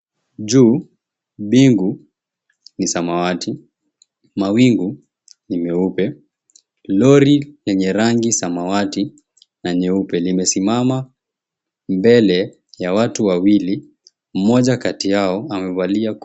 Juu, mbingu ni samawati, mawingu ni meupe. Lori lenye rangi ya samawati na nyeupe limesimama mbele ya watu wawili, mmoja kati yao amevalia.